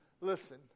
Listen